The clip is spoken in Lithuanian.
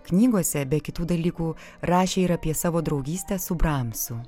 knygose be kitų dalykų rašė ir apie savo draugystę su bramsu